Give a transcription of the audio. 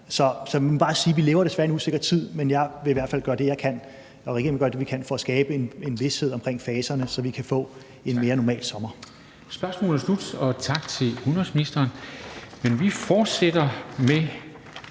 at vi desværre lever i en usikker tid, men jeg og regeringen vil i hvert fald gøre det, vi kan, for at skabe en vished omkring faserne, så vi kan få en mere normal sommer.